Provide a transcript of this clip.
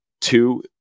two